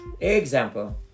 Example